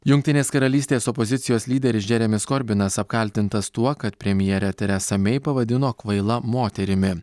jungtinės karalystės opozicijos lyderis džeremis korbinas apkaltintas tuo kad premjerę teresą mei pavadino kvaila moterimi